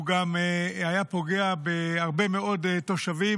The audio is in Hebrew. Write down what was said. הוא גם היה פוגע בהרבה מאוד תושבים,